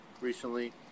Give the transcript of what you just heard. recently